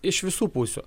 iš visų pusių